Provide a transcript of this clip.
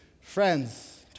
friends